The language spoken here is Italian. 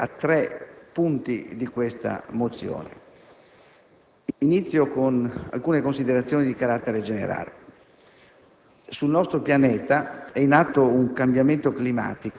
riferite in particolare a tre suoi punti. Inizio con alcune considerazioni di carattere generale.